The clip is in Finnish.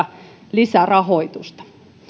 lisärahoitusta